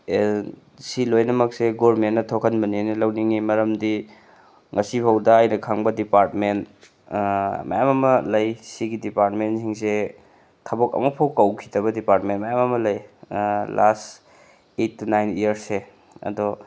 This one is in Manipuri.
ꯁꯤ ꯂꯣꯏꯅꯃꯛꯁꯦ ꯒꯣꯚꯔꯟꯃꯦꯟꯠꯅ ꯊꯣꯛꯍꯟꯕꯅꯦꯅ ꯂꯧꯅꯤꯡꯏ ꯃꯔꯝꯗꯤ ꯉꯁꯤ ꯐꯥꯎꯗ ꯑꯩꯅ ꯈꯪꯕ ꯗꯤꯄꯥꯔꯠꯃꯦꯟ ꯃꯌꯥꯝ ꯑꯃ ꯂꯩ ꯁꯤꯒꯤ ꯗꯤꯄꯥꯔꯠꯃꯦꯟꯁꯤꯡꯁꯦ ꯊꯕꯛ ꯑꯃꯐꯥꯎ ꯀꯧꯈꯤꯗꯕ ꯗꯤꯄꯥꯔꯠꯃꯦꯟ ꯃꯌꯥꯝ ꯑꯃ ꯂꯩ ꯂꯥꯁ ꯑꯩꯠ ꯇꯨ ꯅꯥꯏꯟ ꯏꯌꯥꯔꯁꯁꯦ ꯑꯗꯣ